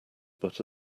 but